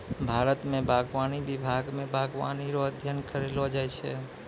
भारत मे बागवानी विभाग मे बागवानी रो अध्ययन करैलो जाय छै